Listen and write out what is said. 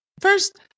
First